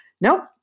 Nope